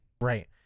Right